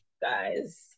guys